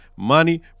Money